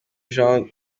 jean